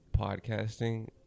Podcasting